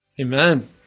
Amen